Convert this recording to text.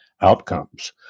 outcomes